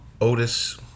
Otis